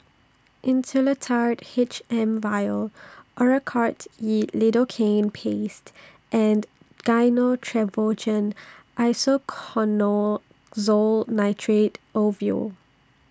Insulatard H M Vial Oracort E Lidocaine Paste and Gyno Travogen Isoconazole Nitrate Ovule